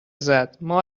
زدما